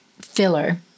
filler